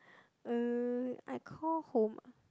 uh I call home ah